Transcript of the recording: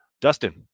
Dustin